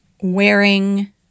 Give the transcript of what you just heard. wearing